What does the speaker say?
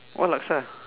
what laksa